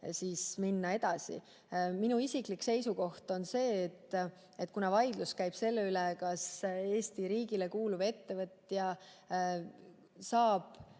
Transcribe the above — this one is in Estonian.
Minu isiklik seisukoht on selline: kuna vaidlus käib selle üle, kas Eesti riigile kuuluv ettevõtja saab